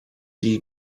sie